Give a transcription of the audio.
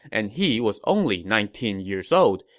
and he was only nineteen years old.